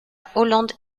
holland